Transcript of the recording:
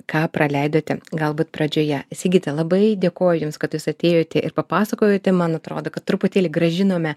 ką praleidote galbūt pradžioje sigita labai dėkoju jums kad jūs atėjote ir papasakojote man atrodo kad truputėlį grąžinome